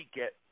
get